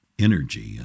energy